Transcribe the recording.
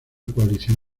coalición